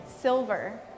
silver